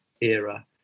era